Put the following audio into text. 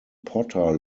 potter